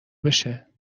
بشه